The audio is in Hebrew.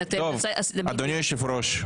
אדוני היושב ראש,